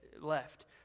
left